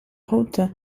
route